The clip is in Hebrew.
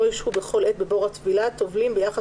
לא ישהו בכל עת בבור הטבילה טובלים ביחס